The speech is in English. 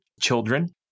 children